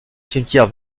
cimetière